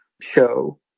show